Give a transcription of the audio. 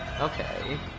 Okay